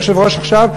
היושב-ראש עכשיו.